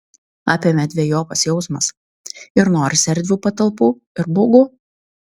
apėmė dvejopas jausmas ir norisi erdvių patalpų ir baugu